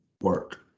work